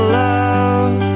love